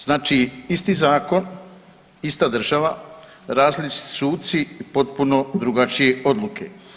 Znači isti zakon, ista država, različiti suci, potpuno drugačije odluke.